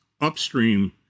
upstream